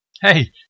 Hey